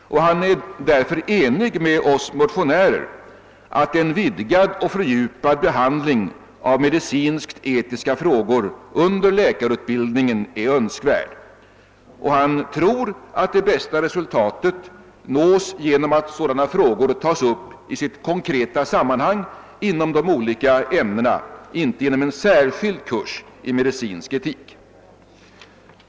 Han är därför enig med oss motionärer om att en vidgad och fördjupad behandling av medicinsk-etiska frågor under läkarutbildningen är önskvärd. Han tror att det bästa resultatet nås genom att sådana frågor tas upp i sitt konkreta sammanhang inom de olika ämnena, inte genom en särskild kurs i medicinsk etik.